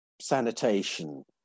sanitation